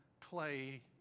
clay